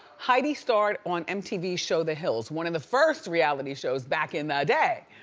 heidi starred on mtv show, the hills one of the first reality shows back in the day.